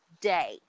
day